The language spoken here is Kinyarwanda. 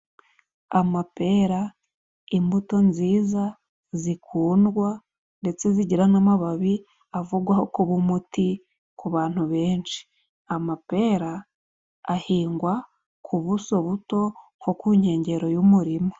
Amapera imbuto nziza, zikundwa ndetse zigira n'amababi avugwaho kuba umuti ku bantu benshi. Amapera ahingwa ku buso buto nko ku nkengero y'umurima.